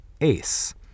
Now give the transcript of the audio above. Ace